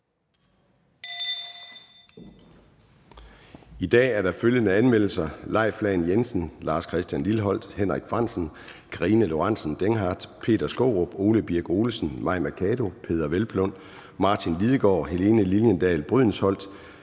I dag er der følgende anmeldelser: